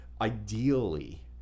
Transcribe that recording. ideally